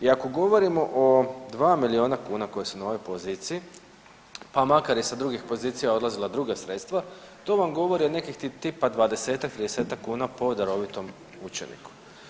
I ako govorimo o 2 milijuna kuna koja su na ovoj poziciji pa makar i sa drugih pozicija odlazila druga sredstva to vam govori o nekakvih tipa 20-tak, 30-tak kuna po darovitom učeniku.